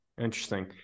Interesting